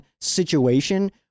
situation